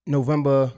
November